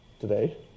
today